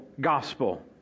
gospel